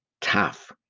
tough